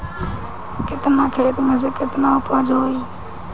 केतना खेत में में केतना उपज होई?